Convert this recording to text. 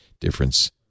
difference